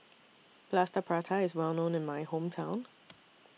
Plaster Prata IS Well known in My Hometown